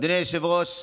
אדוני היושב-ראש,